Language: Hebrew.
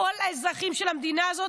כל האזרחים של המדינה הזאת,